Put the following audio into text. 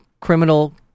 criminal